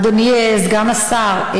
אדוני סגן השר,